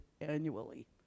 annually